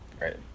right